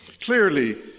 Clearly